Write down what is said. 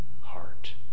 heart